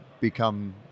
become